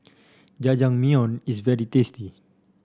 jajangmyeon is very tasty